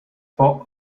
for